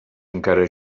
encara